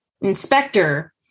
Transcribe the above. inspector